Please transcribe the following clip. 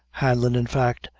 hanlon, in fact,